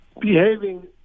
behaving